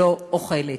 לא אוכלת.